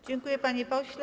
Dziękuję, panie pośle.